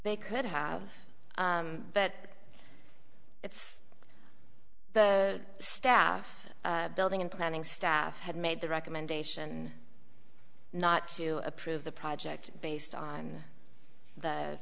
they could have but it's the staff building and planning staff had made the recommendation not to approve the project based on th